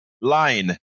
line